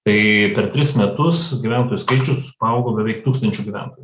tai per tris metus gyventojų skaičius paaugo beveik tūkstančiu gyventojų